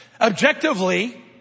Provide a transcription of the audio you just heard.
Objectively